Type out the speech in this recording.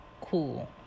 Cool